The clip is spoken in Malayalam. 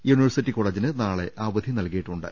യൂണിവേ ഴ്സിറ്റി കോളേജിന് നാളെ അവധി നൽകിയിട്ടുണ്ട്